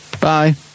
Bye